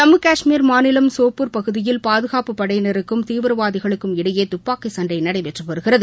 ஜம்மு கஷ்மீர் மாநிலம் சோப்பூர் பகுதியில் பாதுகாப்புப் படையினருக்கும் தீவிரவாதிகளுக்கும் இடையே தப்பாக்கிச் சண்டை நடைபெற்று வருகிறது